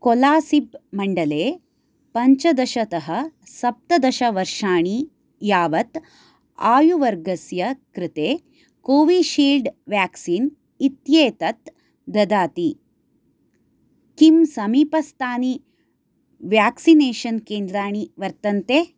कोलासिब् मण्डले पञ्चदशतः सप्तदशवर्षाणि यावत् आयुर्वर्गस्य कृते कोविड् शील्ड् वेक्सीन् इत्येतत् ददाति किं समीपस्थानि वेक्सिनेषन् केन्द्राणि वर्तन्ते